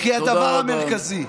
כי הדבר המרכזי,